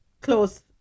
close